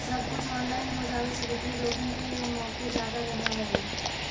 सब कुछ ऑनलाइन हो जावे से वित्तीय जोखिम के मोके जादा रहअ हई